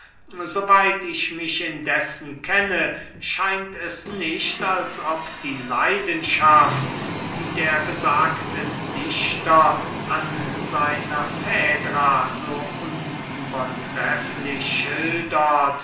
weit ich mich indessen kenne scheint es nicht als ob die leidenschaft die der besagte dichter an seiner fädra so unübertrefflich schildert